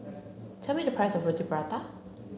tell me the price of Roti Prata